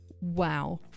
wow